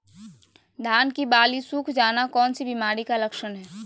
धान की बाली सुख जाना कौन सी बीमारी का लक्षण है?